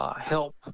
help